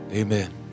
Amen